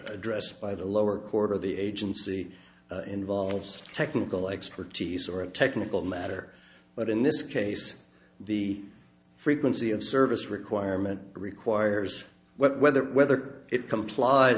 addressed by the lower court of the agency involves technical expertise or a technical matter but in this case the frequency of service requirement requires whether whether it compl